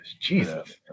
Jesus